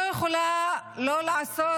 אני לא יכולה לא לעשות